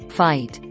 fight